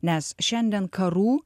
nes šiandien karų